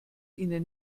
ihnen